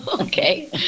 Okay